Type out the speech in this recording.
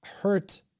hurt